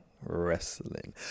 wrestling